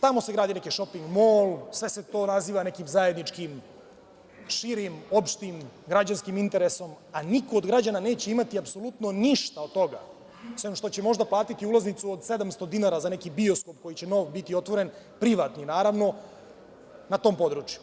Tamo se gradi neki šoping mol, sve se to naziva nekim zajedničkim širim, opštim, građanskim interesom, a niko od građana neće imati apsolutno ništa od toga, sem što će možda platiti ulaznicu od 700 dinara za neki bioskop koji će biti otvoren, privatni, naravno, na tom području.